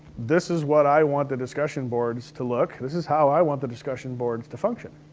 this is what i want the discussion boards to look. this is how i want the discussion boards to function.